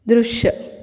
दृश्य